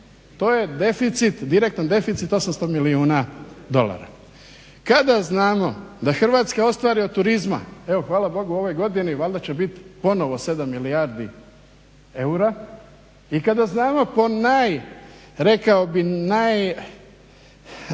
direktan deficit 800 milijuna dolara. Kada znamo da Hrvatska ostvari od turizma, evo hvala Bogu u ovoj godini valjda će biti ponovo 7 milijardi eura i kada znamo po naj, rekao bih